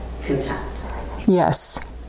yes